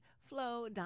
flow